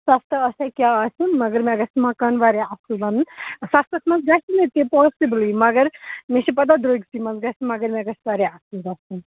سَستہٕ آسیا کیٛاہ ٲسِن مگر مےٚ گژھِ مکان واریاہ اَصٕل بَنُن سَستَس منٛز گژھِ نہٕ تہِ پاسِبُلٕے مگر مےٚ چھِ پتہ درٛوٚگسٕے منٛز گژھِ مگر مےٚ گژھِ واریاہ اصٕل گژھُن